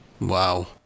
Wow